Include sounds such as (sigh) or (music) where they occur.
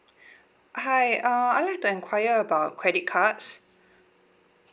(breath) hi uh I would like to enquire about credit cards